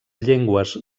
llengües